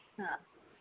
હા